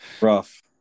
Rough